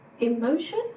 Emotion